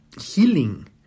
healing